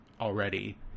already